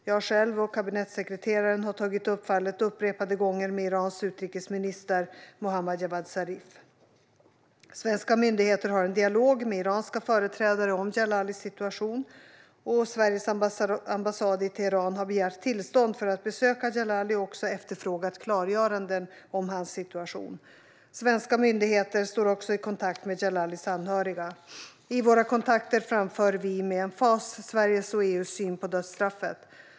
Jag själv och kabinettssekreteraren har upprepade gånger tagit upp fallet med Irans utrikesminister Mohammad Javad Zarif. Svenska myndigheter har en dialog med iranska företrädare om Djalalis situation. Sveriges ambassad i Teheran har begärt tillstånd för att besöka Djalali och även efterfrågat klargöranden om hans situation. Svenska myndigheter står också i kontakt med Djalalis anhöriga. I våra kontakter framför vi med emfas Sveriges och EU:s syn på dödsstraffet.